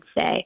say